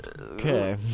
Okay